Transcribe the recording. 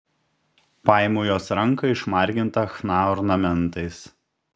paimu jos ranką išmargintą chna ornamentais